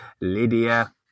Lydia